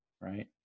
Right